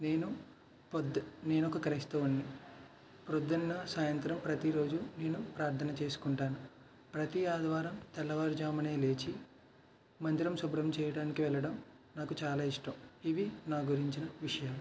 నేను పొదు నేనొక క్రైస్తవుడిని ప్రొద్దున్న సాయంత్రం ప్రతీ రోజు నేను ప్రార్ధన చేసుకుంటాను ప్రతీ ఆదివారం తెల్లవారు జామునే లేచి మందిరం శుభ్రం చేయటానికి వెళ్ళడం నాకు చాలా ఇష్టం ఇవి నా గురించిన విషయాలు